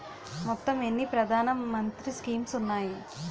మొత్తం ఎన్ని ప్రధాన మంత్రి స్కీమ్స్ ఉన్నాయి?